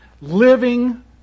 Living